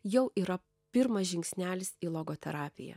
jau yra pirmas žingsnelis į logoterapiją